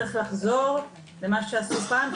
צריך לחזור למה שעשו פעם,